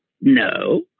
No